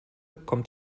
kommt